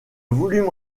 volume